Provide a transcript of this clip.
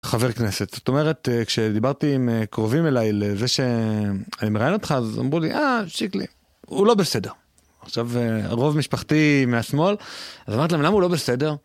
חבר כנסת זאת אומרת כשדיברתי עם קרובים אליי לזה שאני מראיין אותך אז הם אמרו לי - אה, שיקלי, הוא לא בסדר עכשיו רוב משפחתי מהשמאל למה הוא לא בסדר.